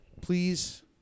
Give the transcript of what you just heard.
please